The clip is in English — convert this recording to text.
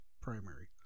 primary